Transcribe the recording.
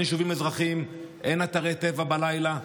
אין יישובים אזרחיים, אין אתרי טבע בלילה.